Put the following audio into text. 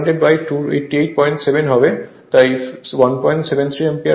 তাই 173 অ্যাম্পিয়ার হবে